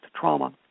trauma